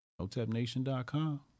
HotepNation.com